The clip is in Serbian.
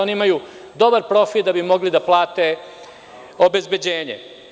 Oni imaju dobar profit da bi mogli da plate obezbeđenje.